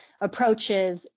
approaches